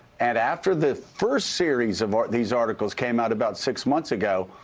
and after the first series of these articles came out about six months ago,